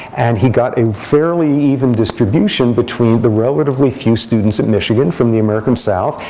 and he got a fairly even distribution between the relatively few students in michigan from the american south,